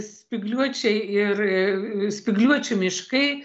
spygliuočiai ir spygliuočių miškai